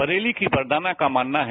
बरेली की वरदाना का मानना है